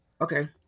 Okay